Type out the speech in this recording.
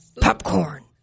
Popcorn